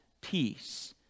Peace